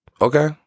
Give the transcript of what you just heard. okay